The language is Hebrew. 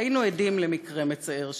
"היינו עדים למקרה מצער שכזה".